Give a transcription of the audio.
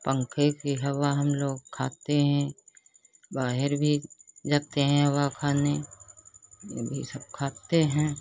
पंखे की हवा हम लोग खाते हैं बाहर भी जाते हैं हवा खाने और भी सब खाते हैं